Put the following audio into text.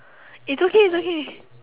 it's okay it's okay